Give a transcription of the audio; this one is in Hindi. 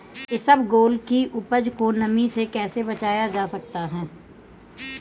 इसबगोल की उपज को नमी से कैसे बचाया जा सकता है?